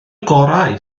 gorau